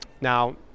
Now